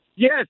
Yes